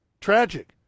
Tragic